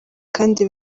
kandi